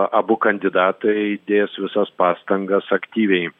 abu kandidatai dės visas pastangas aktyviai